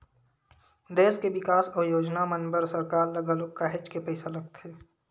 देस के बिकास अउ योजना मन बर सरकार ल घलो काहेच के पइसा लगथे